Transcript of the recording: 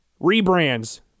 rebrands